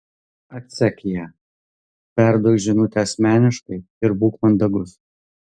atsek ją perduok žinutę asmeniškai ir būk mandagus